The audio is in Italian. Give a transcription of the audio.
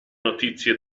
notizie